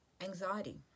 Anxiety